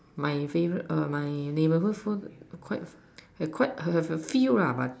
my favorite err my neighborhood food quite have quite have the feel lah but